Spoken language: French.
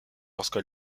lorsque